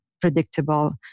predictable